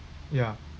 ya